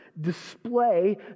display